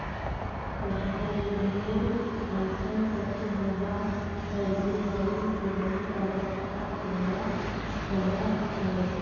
कटहल में ढेर अइसन तत्व होबा हइ जे शरीर के बहुत आवश्यकता पूरा करा हइ